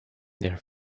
their